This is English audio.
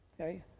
Okay